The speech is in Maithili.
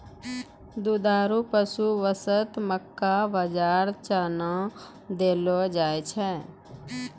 दुधारू पशु वास्तॅ मक्का, बाजरा, चना देलो जाय छै